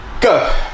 Go